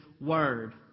Word